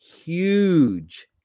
huge